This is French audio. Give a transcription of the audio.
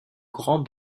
grand